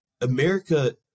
America